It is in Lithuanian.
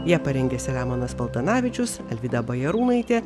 ją parengė selemonas paltanavičius alvyda bajarūnaitė